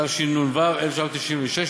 התשנ"ו 1996,